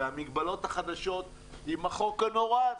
והמגבלות החדשות, עם החוק הנורא הזה,